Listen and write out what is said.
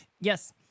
Yes